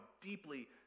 deeply